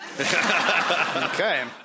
Okay